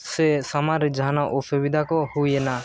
ᱥᱮ ᱥᱟᱢᱟᱝᱨᱮ ᱡᱟᱦᱟᱱᱟᱜ ᱚᱥᱩᱵᱤᱫᱷᱟ ᱠᱚ ᱦᱩᱭᱮᱱᱟ